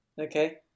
Okay